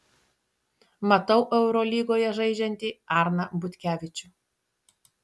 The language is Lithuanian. matau eurolygoje žaidžiantį arną butkevičių